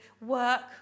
work